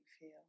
feel